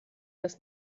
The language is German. das